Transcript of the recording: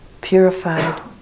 purified